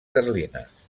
carlines